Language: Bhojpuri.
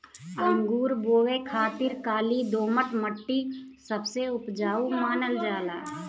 अंगूर बोए खातिर काली दोमट मट्टी सबसे उपजाऊ मानल जाला